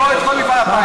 הכול, את כל מפעל הפיס.